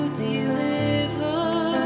deliver